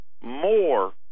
more